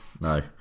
No